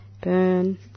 Burn